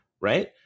right